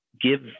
give